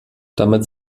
damit